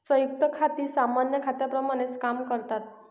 संयुक्त खाती सामान्य खात्यांप्रमाणेच काम करतात